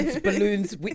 balloons